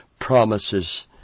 promises